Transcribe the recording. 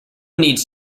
needs